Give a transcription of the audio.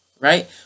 right